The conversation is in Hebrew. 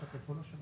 צפון מערב ביאסיף,